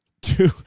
Two